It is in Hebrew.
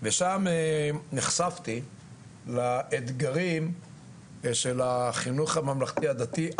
ושם נחשפתי לאתגרים של החינוך הממלכתי הדתי,